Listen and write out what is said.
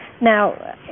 Now